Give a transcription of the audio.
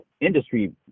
industry